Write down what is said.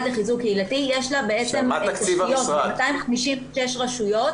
לחיזוק קהילתי יש לה בעצם תשתיות ב-256 רשויות